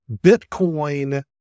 Bitcoin